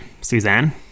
Suzanne